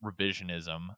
revisionism